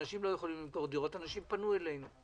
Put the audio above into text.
ואנשים לא מצליחים למכור דירות ופנו אלינו.